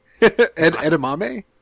Edamame